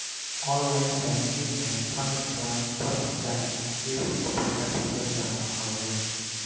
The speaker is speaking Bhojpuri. ऑनलाइन बैंकिंग में फण्ड ट्रांसफर में जाके केहू के पईसा भेजल जात हवे